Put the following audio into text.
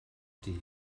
dydd